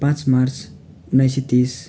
पाँच मार्च उन्नाइस सय तिस